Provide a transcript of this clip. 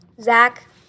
Zach